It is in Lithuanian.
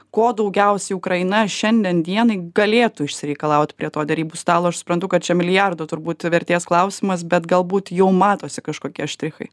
ko daugiausiai ukraina šiandien dienai galėtų išsireikalaut prie to derybų stalo aš suprantu kad čia milijardo turbūt vertės klausimas bet galbūt jau matosi kažkokie štrichai